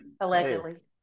Allegedly